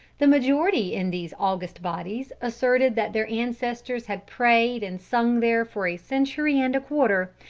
the majority in these august bodies asserted that their ancestors had prayed and sung there for a century and a quarter,